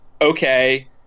okay